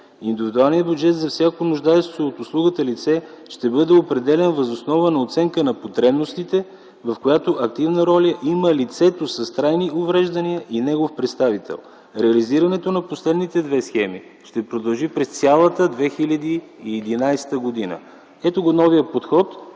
Индивидуалният бюджет за всяко нуждаещо се от услугата лице ще бъде определян въз основа на оценка на потребностите, в което активна роля има лицето с трайни увреждания и негов представител. Реализирането на последните две схеми ще продължи през цялата 2011 г. Ето го новият подход,